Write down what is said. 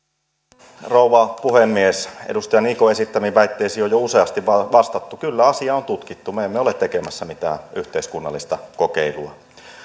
arvoisa rouva puhemies edustaja niikon esittämiin väitteisiin on jo useasti vastattu kyllä asiaa on tutkittu me emme ole tekemässä mitään yhteiskunnallista kokeilua